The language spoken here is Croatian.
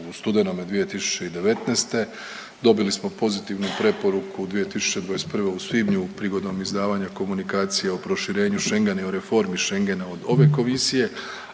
u studenome 2019. dobili smo pozitivnu preporuku 2021. u svibnju prigodom izdavanja Komunikacije o proširenju Schengena i o reformi Schengena od ove komisije,